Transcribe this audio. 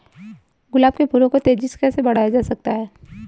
गुलाब के फूलों को तेजी से कैसे बड़ा किया जा सकता है?